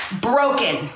broken